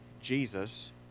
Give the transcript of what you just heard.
Jesus